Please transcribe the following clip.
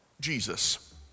Jesus